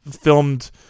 filmed